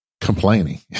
complaining